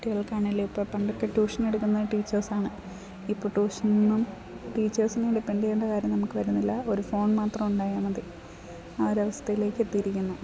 കുട്ടികൾക്കാണേൽ ഇപ്പം പണ്ടൊക്കെ ട്യൂഷനെടുക്കുന്നത് ടീച്ചേഴ്സാണ് ഇപ്പോൾ ട്യൂഷനൊന്നും ടീച്ചേഴ്സിനേയും ഡിപ്പെൻഡ് ചെയ്യേണ്ട കാര്യം നമുക്ക് വരുന്നില്ല ഒരു ഫോൺ മാത്രം ഉണ്ടായാൽ മതി ആ ഒരു അവസ്ഥയിലേക്കെത്തിയിരിക്കുന്നു